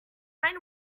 find